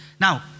Now